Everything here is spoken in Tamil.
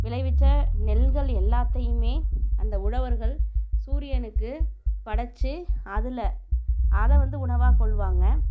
விளைவித்த நெல்கள் எல்லாத்தையுமே அந்த உழவர்கள் சூரியனுக்கு படைச்சி அதில் அதை வந்து உணவாக கொள்வாங்க